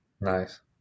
Nice